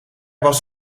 was